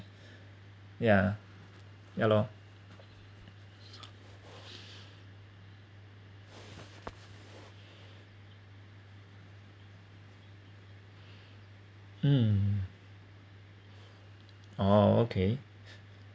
ya ya lor mm oh okay